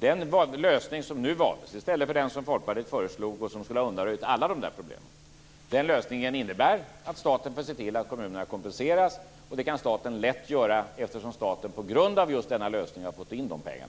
Den lösning som nu valdes i stället för den som Folkpartiet föreslog, och som skulle ha undanröjt alla de här problemen, innebär att staten får se till att kommunerna kompenseras. Det kan staten lätt göra eftersom staten på grund av just denna lösning har fått in dessa pengar.